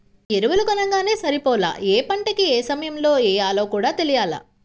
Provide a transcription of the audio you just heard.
ఎరువులు కొనంగానే సరిపోలా, యే పంటకి యే సమయంలో యెయ్యాలో కూడా తెలియాల